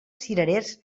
cirerers